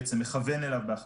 מכוון אליו בהחלטתו.